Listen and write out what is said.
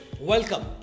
welcome